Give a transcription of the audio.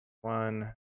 one